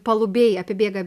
palubėj apibėga